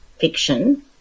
fiction